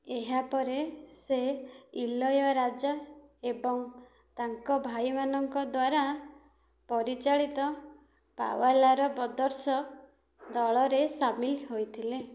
ଏହା ପରେ ସେ ଇଲୟାରାଜା ଏବଂ ତାଙ୍କ ଭାଇମାନଙ୍କ ଦ୍ୱାରା ପରିଚାଳିତ ପାୱଲାର ବ୍ରଦର୍ସ ଦଳରେ ସାମିଲ ହୋଇଥିଲେ